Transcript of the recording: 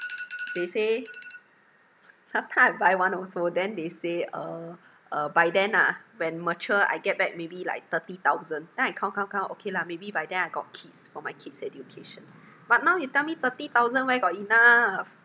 they say last time I buy one also then they say uh uh by then ah when mature I get back maybe like thirty thousand then I count count count okay lah maybe by then I got kids for my kids' education but now you tell me thirty thousand where got enough